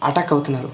attack అవుతున్నారు